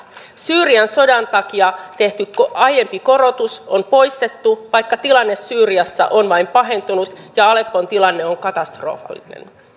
syyrian sodan takia tehty aiempi korotus on poistettu vaikka tilanne syyriassa on vain pahentunut ja aleppon tilanne on katastrofaalinen